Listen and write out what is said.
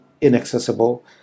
inaccessible